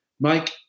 Mike